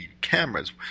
cameras